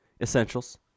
essentials